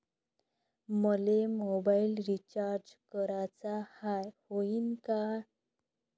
मले mobile recharge कराचा हाय, होईनं का?